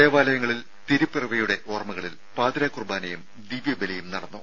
ദേവാലയങ്ങളിൽ തിരുപ്പിറവിയുടെ ഓർമ്മകളിൽ പാതിരാ കുർബാനയും ദിവ്യബലിയും നടന്നു